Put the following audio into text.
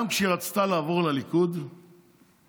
גם כשהיא רצתה לעבור לליכוד ב-2018,